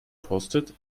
posted